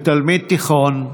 כתלמיד תיכון,